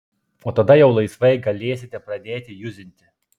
o tada jau laisvai galėsite pradėti juzinti